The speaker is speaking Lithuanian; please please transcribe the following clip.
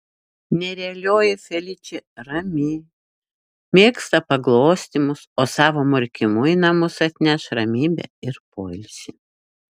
nerealioji feličė rami mėgsta paglostymus o savo murkimu į namus atneš ramybę ir poilsį